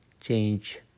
change